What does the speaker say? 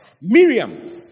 Miriam